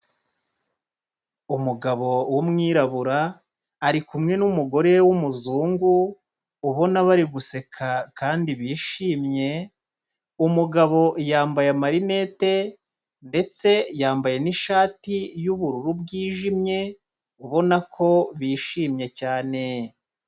Umugabo w'umwirabura ari kumwe n'umugore w'umuzungu, ubona bari guseka kandi bishimye, umugabo yambaye amarinete ndetse yambaye n'ishati y'ubururu bwijimye, ubona ko bishimye cyane.